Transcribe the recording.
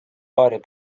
paarid